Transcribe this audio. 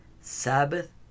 Sabbath